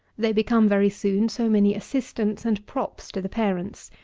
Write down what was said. they become, very soon, so many assistants and props to the parents,